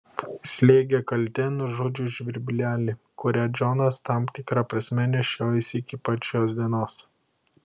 slėgė kaltė nužudžius žvirblelį kurią džonas tam tikra prasme nešiojosi iki pat šios dienos